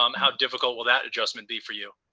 um how difficult will that adjustment be for you?